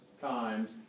times